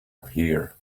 here